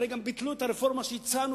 הרי גם ביטלו את הרפורמה שהצענו